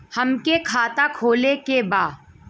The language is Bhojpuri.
हमके खाता खोले के बा?